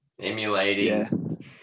emulating